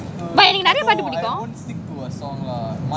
but எனக்கு நெறய பாட்டு பிடிக்கும்:enakku neraya paatu pidikum